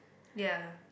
ya